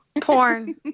porn